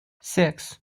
six